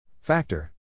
Factor